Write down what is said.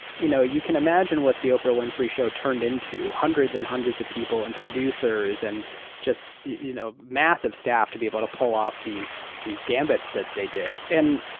you know you can imagine what the oprah winfrey show turned into. hundreds and hundreds of people, and producers, and just you know massive staff to be able to pull off these these gambits that they did. and